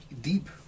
deep